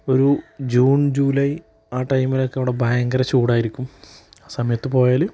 ഒരു June July ആ ടൈമിലൊക്കെ അവിടെ ഭയങ്കരെ ചൂടായിരിക്കും ആ സമയത്ത് പോയാൽ